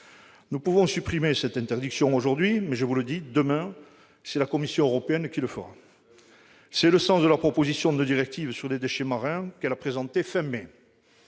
Nous pouvons supprimer cette interdiction aujourd'hui, mais, je vous préviens, demain, c'est la Commission européenne qui la décidera. Eh oui ! Tel est d'ailleurs le sens de la proposition de directive sur les déchets marins qu'elle a présentée à la